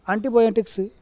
antibiotics